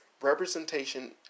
representation